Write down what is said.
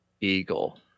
eagle